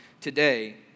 today